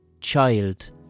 child